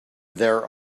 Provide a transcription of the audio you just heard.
there